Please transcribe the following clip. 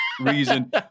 reason